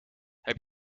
heb